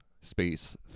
space